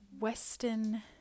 western